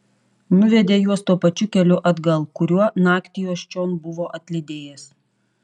nuvedė juos tuo pačiu keliu atgal kuriuo naktį juos čion buvo atlydėjęs